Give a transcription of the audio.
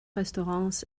restaurants